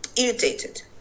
irritated